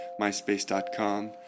myspace.com